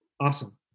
Awesome